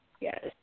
Yes